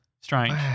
Strange